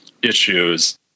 Issues